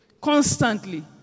constantly